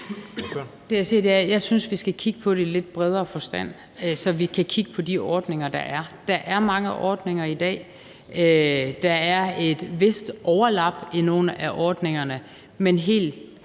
jeg synes, vi skal kigge på det i lidt bredere forstand, så vi kan kigge på de ordninger, der er. Der er mange ordninger i dag, og der er et vist overlap i nogle af ordningerne. Men helt